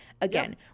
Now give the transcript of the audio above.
again